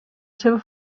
seva